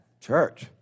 Church